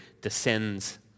descends